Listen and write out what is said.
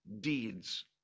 deeds